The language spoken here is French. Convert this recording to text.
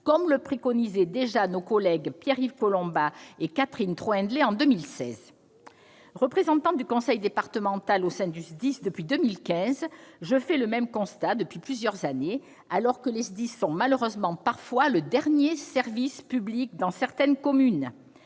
comme le préconisaient déjà nos collègues Pierre-Yves Collombat et Catherine Troendlé en 2016. Représentante du conseil départemental au sein du SDIS depuis 2015, je fais le même constat depuis plusieurs années, alors que les SDIS sont parfois, malheureusement, le dernier service public dans certaines communes.